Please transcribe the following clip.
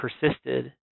persisted